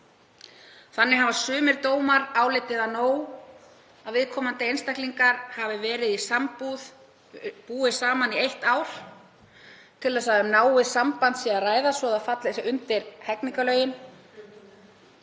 Þannig hafa sumir dómar álitið það nóg að viðkomandi einstaklingar hafi búið saman í eitt ár til þess að um náið samband sé að ræða, svo það falli undir hegningarlögin,